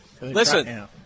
Listen